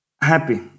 happy